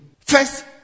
First